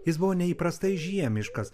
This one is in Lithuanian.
jis buvo neįprastai žiemiškas